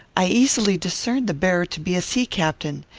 i easily discerned the bearer to be a sea-captain.